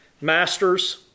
Masters